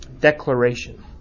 declaration